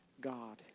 God